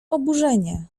oburzenie